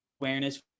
awareness